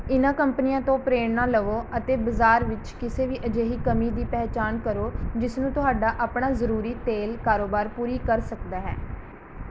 ਇਨ੍ਹਾਂ ਕੰਪਨੀਆਂ ਤੋਂ ਪ੍ਰੇਰਣਾ ਲਵੋ ਅਤੇ ਬਜ਼ਾਰ ਵਿੱਚ ਕਿਸੇ ਵੀ ਅਜਿਹੀ ਕਮੀ ਦੀ ਪਹਿਚਾਣ ਕਰੋ ਜਿਸਨੂੰ ਤੁਹਾਡਾ ਆਪਣਾ ਜ਼ਰੂਰੀ ਤੇਲ ਕਾਰੋਬਾਰ ਪੂਰੀ ਕਰ ਸਕਦਾ ਹੈ